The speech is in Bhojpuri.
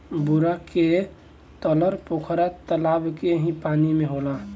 बेरा के लतर पोखरा तलाब के ही पानी में होला